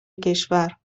کشور